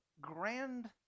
grand